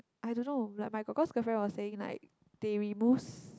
I don't know like my korkor's girlfriend was saying like they remove